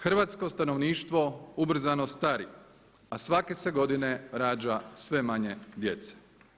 Hrvatsko stanovništvo ubrzano stari, a svake se godine rađa sve manje djece.